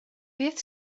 beth